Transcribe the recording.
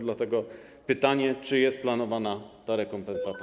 Dlatego pytam, czy jest planowana ta rekompensata.